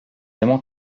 aimons